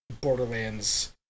Borderlands